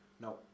No